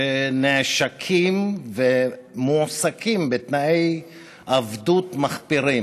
שנעשקים ומועסקים בתנאי עבדות מחפירים.